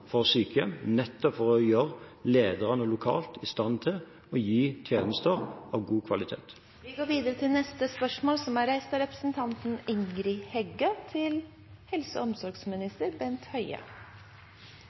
for sykehjem, nettopp for å gjøre lederne lokalt i stand til å gi tjenester av god kvalitet. «Ein ny Sintef-rapport viser at over halvparten av dei som søker om hjelp i siste fase av